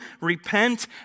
repent